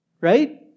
right